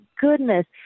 goodness